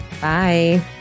Bye